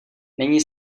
není